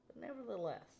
nevertheless